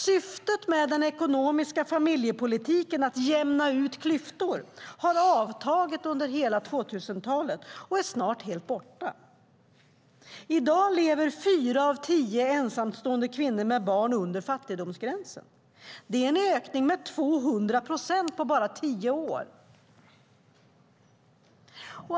Syftet med den ekonomiska familjepolitiken, att jämna ut klyftor, har avtagit under hela 2000-talet och är snart helt borta. I dag lever fyra av tio ensamstående kvinnor med barn under fattigdomsgränsen. Det är en ökning med 200 procent på bara tio år.